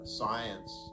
science